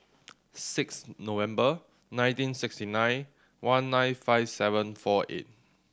six November nineteen sixty nine one nine five seven four eight